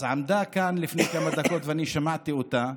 אז עמדה כאן לפני כמה דקות, ואני שמעתי אותה,